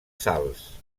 salts